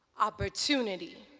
opportunity.